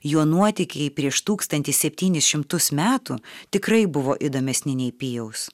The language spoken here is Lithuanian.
jo nuotykiai prieš tūkstantį septynis šimtus metų tikrai buvo įdomesni nei pijaus